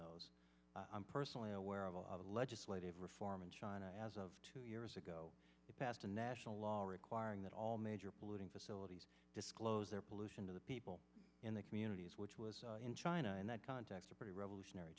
those i'm personally aware of a lot of legislative reform in china as of two years ago passed a national law requiring that all major polluting facilities disclose their pollution to the people in the communities which was in china in that context a pretty revolutionary